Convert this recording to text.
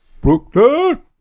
Brooklyn